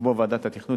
כמו ועדת תכנון,